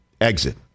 exit